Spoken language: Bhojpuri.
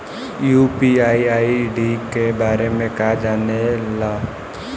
यू.पी.आई आई.डी के बारे में का जाने ल?